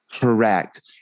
Correct